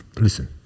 listen